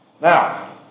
Now